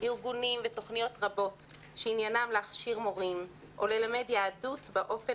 ארגונים ותוכניות רבות שעניינם להכשיר מורים או ללמד יהדות באופן